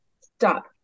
Stop